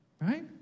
Right